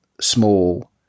small